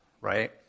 right